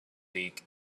league